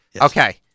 Okay